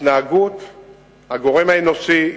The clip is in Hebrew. הגורם האנושי,